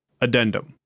Addendum